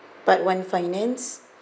part one finance